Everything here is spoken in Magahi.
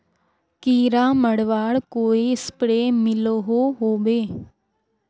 कीड़ा मरवार कोई स्प्रे मिलोहो होबे?